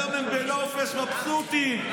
היום הם בנופש, מבסוטים.